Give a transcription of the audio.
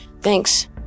Thanks